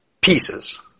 pieces